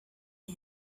did